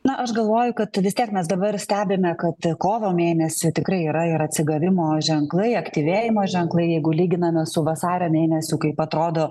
na aš galvoju kad vis tiek mes dabar stebime kad kovo mėnesį tikrai yra ir atsigavimo ženklai aktyvėjimo ženklai jeigu lyginame su vasario mėnesiu kaip atrodo